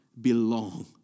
belong